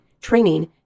training